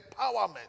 empowerment